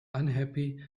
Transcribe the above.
unhappy